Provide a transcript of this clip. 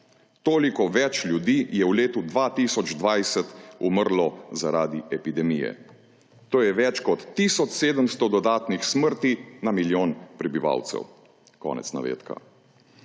Toliko več ljudi je v letu 2020 umrlo zaradi epidemije. To je več kot tisoč 700 dodatnih smrti na milijon prebivalcev.« Konec navedka.